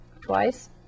twice